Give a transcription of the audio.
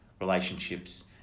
relationships